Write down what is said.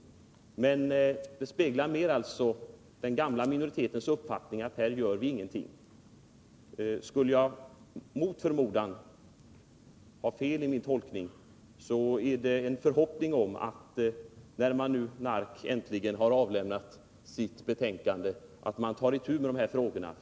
Men det speglar alltså mer den gamla minoritetens uppfattning att man här inte bör göra någonting. Skulle jag mot förmodan ha fel i min tolkning, så hoppas jag att man, när NARK äntligen har avlämnat sitt betänkande, tar itu med de här frågorna.